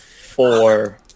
Four